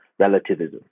relativism